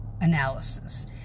analysis